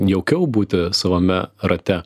jaukiau būti savame rate